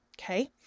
Okay